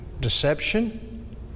Deception